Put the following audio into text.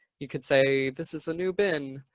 you can say this is a new bin.